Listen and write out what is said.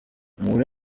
umubare